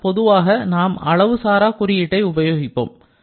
ஆனால் பொதுவாக நாம் அளவு சாரா குறியீட்டை உபயோகிப்போம்